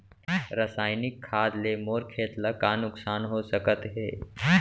रसायनिक खाद ले मोर खेत ला का नुकसान हो सकत हे?